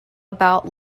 about